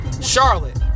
Charlotte